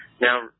Now